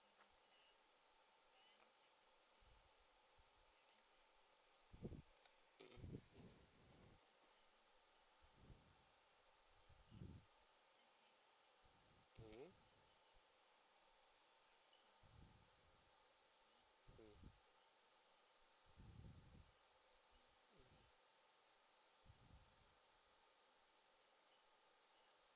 mmhmm